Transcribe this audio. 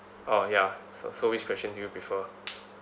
orh ya so so which question do you prefer